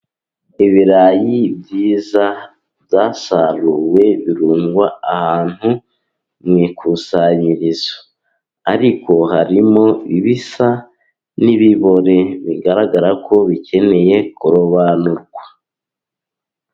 Ibirayi byiza byasaruwe birundwa ahantu mu ikusanyirizo, ariko harimo ibisa n'ibibore bigaragara ko bikeneye kurobanurwa.